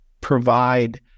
provide